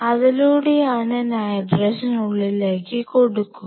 അതിലൂടെയാണ് നൈട്രജൻ ഉള്ളിലേക്ക് കൊടുക്കുക